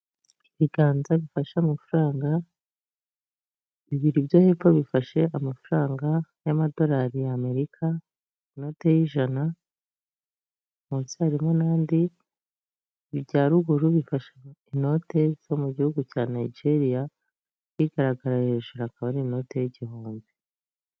Ibiganza bifashe amafaranga. Bibiri byo hepfo bifashe amafaranga y'amadolari y'Amerika inote y'ijana, munsi harimo n'andi. Ibya ruguru bifashe inote zo mu Gihugu cya Nigeria, igaragara hejuru akaba ari inote y' igihumbi.